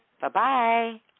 Bye-bye